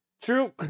True